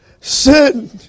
Sin